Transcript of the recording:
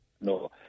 no